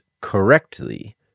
correctly